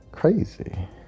crazy